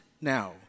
now